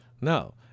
No